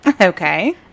Okay